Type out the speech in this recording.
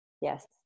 yes